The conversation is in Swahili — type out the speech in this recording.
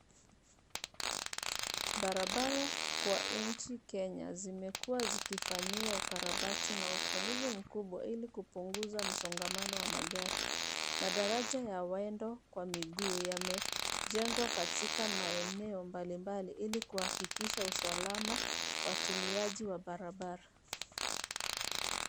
Barabara kwa nchi Kenya zimekuwa zikifanyiwa ukarabati na upanuzi mkubwa ili kupunguza msongamano wa magari. Madaraja ya waenda kwa miguu yamejengwa katika maeneo mbalimbali ili kuhakikisha usalama watumiaji wa barabara.